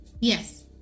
Yes